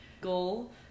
goal